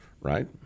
Right